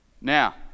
Now